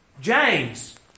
James